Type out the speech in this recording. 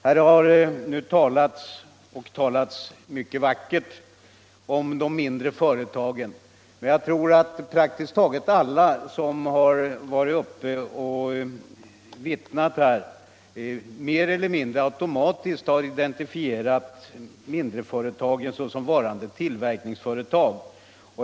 Här har talats — och talats mycket vackert — om de mindre företagen. Jag tror att praktiskt taget alla som har varit uppe och vittnat här mer eller mindre automatiskt har identifierat mindreföretagen med tillverkningsföretag.